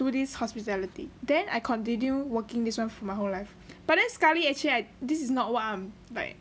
do this hospitality then I continue working this one for my whole life but then sekali actually right this is not what I'm like